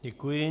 Děkuji.